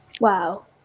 Wow